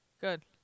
Good